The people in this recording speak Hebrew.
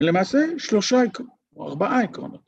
‫למעשה, שלושה עקרונות, ‫או ארבעה עקרונות.